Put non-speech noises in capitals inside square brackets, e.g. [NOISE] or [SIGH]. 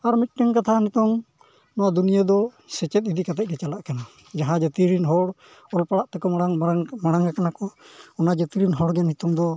ᱟᱨ ᱢᱤᱫᱴᱟᱝ ᱠᱟᱛᱷᱟ ᱱᱤᱛᱚᱜ ᱱᱚᱣᱟ ᱫᱩᱱᱤᱭᱟᱹ ᱫᱚ ᱥᱮᱪᱮᱫ ᱤᱫᱤ ᱠᱟᱛᱮᱫᱜᱮ ᱪᱟᱞᱟᱜ ᱠᱟᱱᱟ ᱡᱟᱦᱟᱸ ᱡᱟᱹᱛᱤᱨᱮᱱ ᱦᱚᱲ ᱚᱞ ᱯᱟᱲᱦᱟᱣ ᱛᱮᱠᱚ ᱢᱟᱲᱟᱝ [UNINTELLIGIBLE] ᱟᱠᱟᱱᱟ ᱠᱚ ᱚᱱᱟ ᱡᱟᱹᱛᱤᱨᱮᱱ ᱦᱚᱲᱜᱮ ᱱᱤᱛᱚᱝ ᱫᱚ